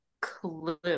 clue